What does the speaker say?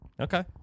Okay